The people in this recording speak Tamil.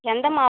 எந்த மா